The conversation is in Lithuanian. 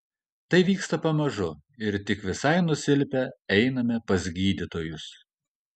tai vyksta pamažu ir tik visai nusilpę einame pas gydytojus